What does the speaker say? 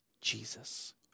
Jesus